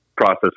process